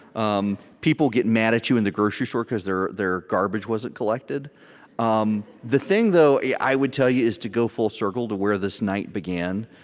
um people get mad at you in the grocery store because their their garbage wasn't collected um the thing, though, i would tell you is to go full circle to where this night began.